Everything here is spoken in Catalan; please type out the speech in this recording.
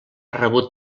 rebut